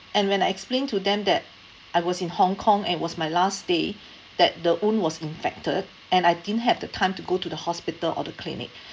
and when I explained to them that I was in hong kong and it was my last day that the wound was infected and I didn't have the time to go to the hospital or the clinic